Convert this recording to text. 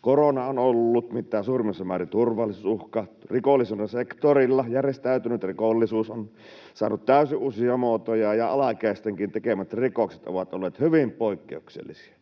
Korona on ollut mitä suurimmassa määrin turvallisuusuhka, rikollisuuden sektorilla järjestäytynyt rikollisuus on saanut täysin uusia muotoja ja alaikäistenkin tekemät rikokset ovat olleet hyvin poikkeuksellisia,